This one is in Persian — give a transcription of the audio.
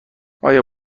آیا